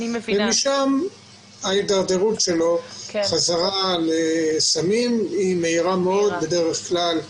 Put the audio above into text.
משם ההידרדרות שלו בחזרה לסמים היא מהירה מאוד ובדרך כלל שבועיים,